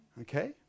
Okay